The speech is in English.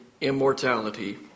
immortality